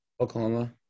Oklahoma